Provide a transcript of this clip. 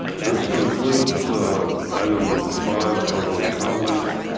this concludes item number five public comment.